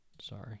Sorry